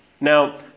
Now